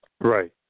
Right